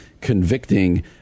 convicting